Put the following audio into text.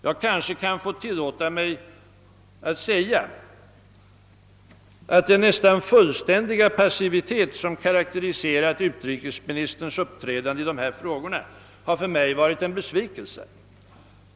Jag kanske kan få tillåta mig att här säga, att den nästan fullständiga passivitet som <karakteriserat utrikesministerns uppträdande i dessa frågor har för mig varit en besvikelse.